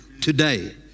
today